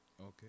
Okay